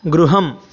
गृहम्